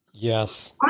Yes